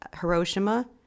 Hiroshima